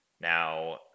now